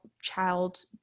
child